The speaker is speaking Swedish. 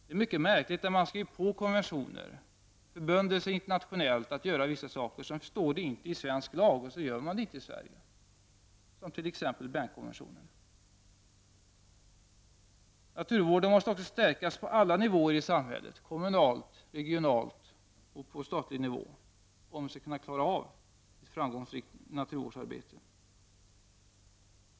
Det är mycket märkligt att man skriver på konventioner och förbinder sig internationellt att gör vissa saker men att detta inte står i svensk lag. Det gäller t.ex. Bernkonventionen. Naturvården måste också stärkas på alla nivåer i samhället, kommunalt, regionalt och på statlig nivå, om vi skall klara av ett framgångsrikt naturvårdsarbete.